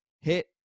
hit